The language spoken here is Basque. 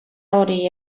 hori